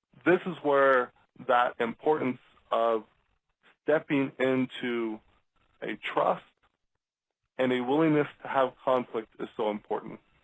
this is where that importance of stepping into a trust and a willingness to have conflict is so important.